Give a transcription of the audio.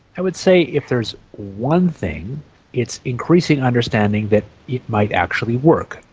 i would say if there's one thing it's increasing understanding that it might actually work,